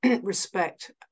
respect